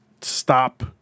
stop